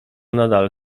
nadal